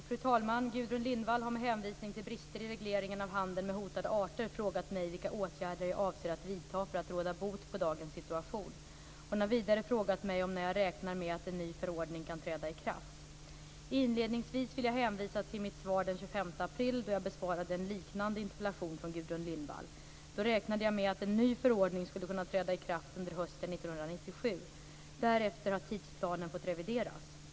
Fru talman! Gudrun Lindvall har med hänvisning till brister i regleringen av handeln med hotade arter frågat mig vilka åtgärder jag avser att vidta för att råda bot på dagens situation. Hon har vidare frågat mig när jag räknar med att en ny förordning kan träda i kraft. Inledningsvis vill jag hänvisa till mitt svar den 25 april 1997, då jag besvarade en liknande interpellation från Gudrun Lindvall. Då räknade jag med att en ny förordning skulle kunna träda i kraft under hösten 1997. Därefter har tidsplanen fått revideras.